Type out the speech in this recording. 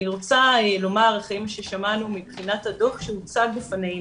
אני רוצה לומר לכם ששמענו מבחינת הדוח שהוצג בפנינו,